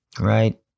Right